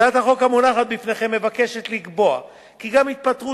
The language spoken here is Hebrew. הצעת החוק המונחת בפניכם מבקשת לקבוע כי גם התפטרות